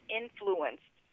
influenced